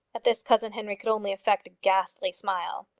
at this cousin henry could only affect a ghastly smile.